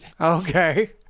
okay